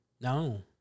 No